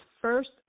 first